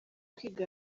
kwiga